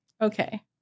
Okay